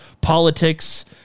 politics